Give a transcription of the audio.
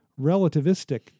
relativistic